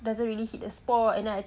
doesn't really hit the spot